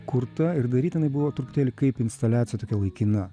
kurta ir daryta jinai buvo truputėlį kaip instaliacija tokia laikina